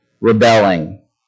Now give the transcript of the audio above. rebelling